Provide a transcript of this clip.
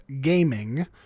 gaming